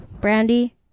brandy